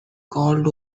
called